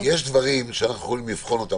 גם למדנו שכל אלה שיוצאים החוצה לחקירות,